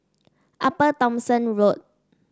Upper Thomson Road